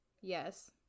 Yes